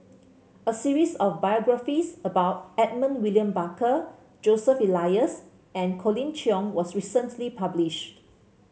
a series of biographies about Edmund William Barker Joseph Elias and Colin Cheong was recently published